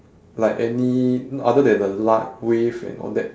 like any other than a light wave and all that